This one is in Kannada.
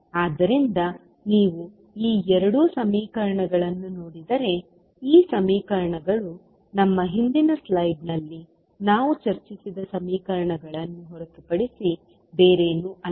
ಆದ್ದರಿಂದ ನೀವು ಈ ಎರಡು ಸಮೀಕರಣಗಳನ್ನು ನೋಡಿದರೆ ಈ ಸಮೀಕರಣಗಳು ನಮ್ಮ ಹಿಂದಿನ ಸ್ಲೈಡ್ನಲ್ಲಿ ನಾವು ಚರ್ಚಿಸಿದ ಸಮೀಕರಣಗಳನ್ನು ಹೊರತುಪಡಿಸಿ ಬೇರೇನೂ ಅಲ್ಲ